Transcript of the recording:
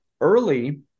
early